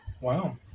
Wow